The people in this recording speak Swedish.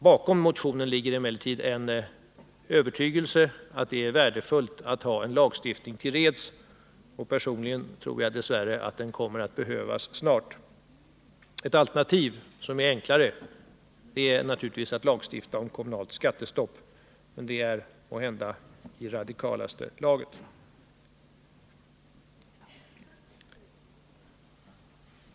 Bakom motionen ligger emellertid en övertygelse att det är värdefullt att ha en lagstiftning till reds. Personligen tror jag dess värre att den kommer att behövas snart. Ett alternativ som är enklare är naturligtvis att lagstifta om kommunalt skattestopp, men det är måhända i radikalaste laget.